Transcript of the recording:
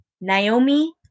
Naomi